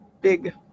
Big